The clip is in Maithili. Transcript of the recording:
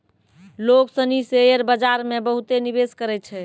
लोग सनी शेयर बाजार मे बहुते निवेश करै छै